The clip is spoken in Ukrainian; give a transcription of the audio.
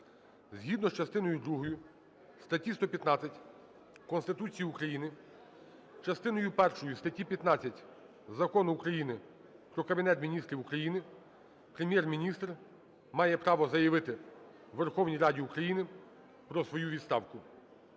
Згідно з частиною другою статті 115 Конституції України, частиною першою статті 15 Закону України "Про Кабінет Міністрів України" Прем'єр-міністр має право заявити Верховній Раді України про свою відставку.